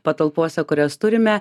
patalpose kurias turime